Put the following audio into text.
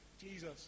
Jesus